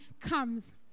comes